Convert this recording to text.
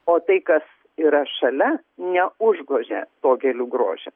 o tai kas yra šalia neužgožia to gėlių grožio